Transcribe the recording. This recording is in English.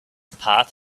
path